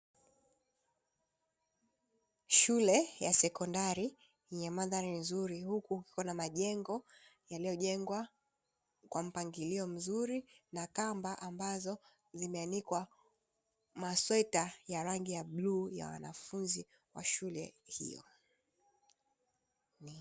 Shule ya sekondari yenye mandhari nzuri huku kukiwa na majengo yaliyojengwa kwa mpangilio mzuri, na kamba ambazo zimeanikwa masweta ya rangi ya bluu ya wanafunzi wa shule hiyo.